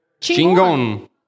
chingon